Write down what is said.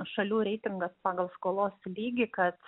šalių reitingas pagal skolos lygį kad